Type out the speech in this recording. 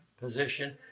position